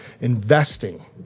investing